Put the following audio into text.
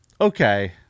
Okay